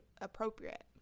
appropriate